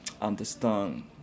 understand